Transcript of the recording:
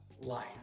life